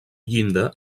llinda